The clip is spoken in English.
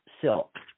silk